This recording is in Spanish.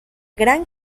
gran